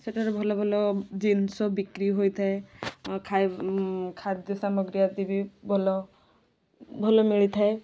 ସେଠାରେ ଭଲ ଭଲ ଜିନିଷ ବିକ୍ରି ହୋଇଥାଏ ଖାଇ ଖାଦ୍ୟ ସାମଗ୍ରୀ ଆଦି ବି ଭଲ ଭଲ ମିଳିଥାଏ